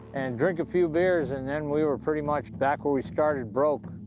and drink a few beers, and then we were pretty much back where we started broke.